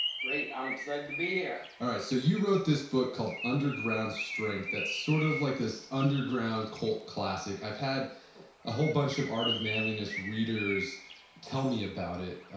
great, i'm excited to be here all right, so you wrote this book called underground strength that's sort of like this underground cult classic. i've had a whole bunch of art of manliness readers tell me about it.